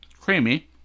Creamy